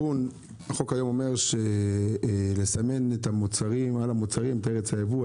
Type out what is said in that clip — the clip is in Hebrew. החוק היום אומר שלסמן על המוצרים את ארץ הייבוא,